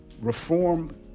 reform